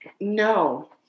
no